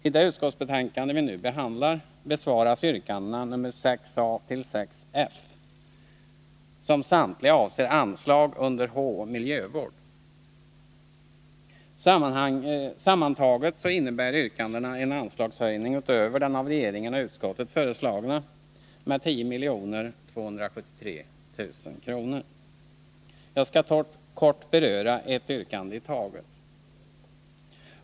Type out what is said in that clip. I det utskottsbetänkande som vi nu behandlar besvaras yrkandena 6 a t.o.m. 6 f, som samtliga avser anslag under punkt H. Miljövård. Sammantaget innebär yrkandena en anslagshöjning utöver den av regeringen och utskottet föreslagna med 10 273 000 kr. Jag skall i korthet beröra ett yrkande i taget.